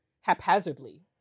haphazardly